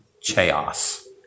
chaos